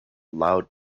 loud